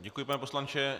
Děkuji, pane poslanče.